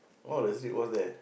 what does it what's there